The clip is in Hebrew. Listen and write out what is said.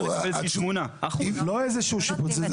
לא איזה שיפוץ.